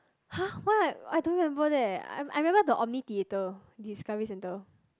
!hah! what I don't remember leh I I remember the Omni Theater Discovery center